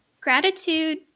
gratitude